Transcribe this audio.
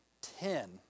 ten